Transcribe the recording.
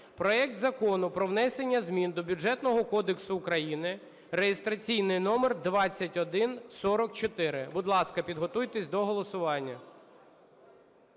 проект Закону про внесення змін до Бюджетного кодексу України (реєстраційний номер 2144). Будь ласка, підготуйтеся до голосування.